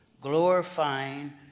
glorifying